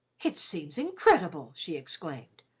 it seems incredible! she exclaimed.